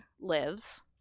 lives